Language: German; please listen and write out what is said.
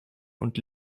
und